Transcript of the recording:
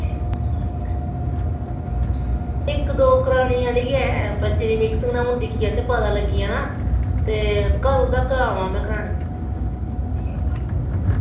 इक दो कराने आहली है बच्चे दी में हून दिक्खी ऐ पता लग्गी जाना ते कंदू तक आवां में कराने गी